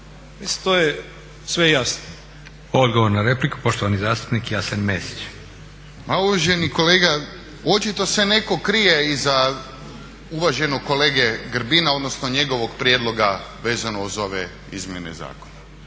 **Leko, Josip (SDP)** Odgovor na repliku poštovani zastupnik Jasen Mesić. **Mesić, Jasen (HDZ)** Uvaženi kolega očito se netko krije iza uvaženog kolege Grbina odnosno njegovog prijedloga vezano uz ove izmjene zakona.